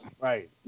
Right